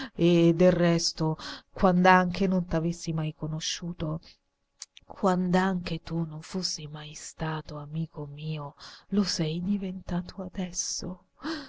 e del resto quand'anche non t'avessi mai conosciuto quand'anche tu non fossi mai stato amico mio lo sei diventato adesso